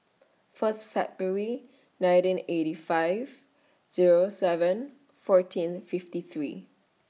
First February nineteen eighty five Zero seven fourteen fifty three